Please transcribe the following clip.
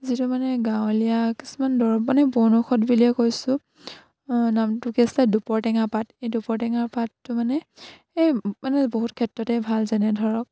যিটো মানে গাঁৱলীয়া কিছুমান দৰৱ মানে বনৌষধ বুলিয়ে কৈছোঁ নামটোকে আছে দুপৰ টেঙা পাত এই দুপৰ টেঙা পাতটো মানে এই মানে বহুত ক্ষেত্ৰতে ভাল যেনে ধৰক